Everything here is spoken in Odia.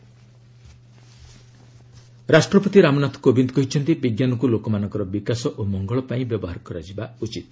ପ୍ରେସିଡେଣ୍ଟ ସାଇନୁ ଡେ ରାଷ୍ଟ୍ରପତି ରାମନାଥ କୋବିନ୍ଦ କହିଛନ୍ତି ବିଜ୍ଞାନକୁ ଲୋକମାନଙ୍କର ବିକାଶ ଓ ମଙ୍ଗଳ ପାଇଁ ବ୍ୟବହାର କରାଯିବା ଉଚିତ୍